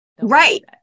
Right